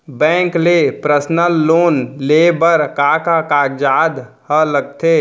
Bank ले personal loan लेये बर का का कागजात ह लगथे?